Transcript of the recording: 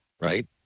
right